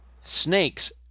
Snakes